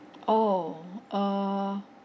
oh err